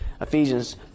Ephesians